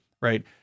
right